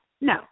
No